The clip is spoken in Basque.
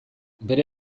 bere